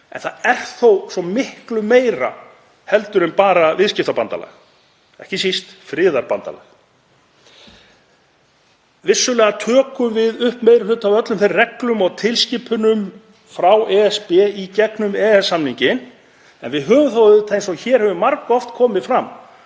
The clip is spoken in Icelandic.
en það er þó svo miklu meira en bara viðskiptabandalag, það er ekki síst friðarbandalag. Vissulega tökum við upp meiri hluta af öllum reglum og tilskipunum frá ESB í gegnum EES-samninginn en við höfum auðvitað, eins og hér hefur margoft komið fram,